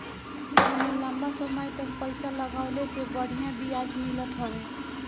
एमे लंबा समय तक पईसा लगवले पे बढ़िया ब्याज मिलत हवे